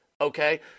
okay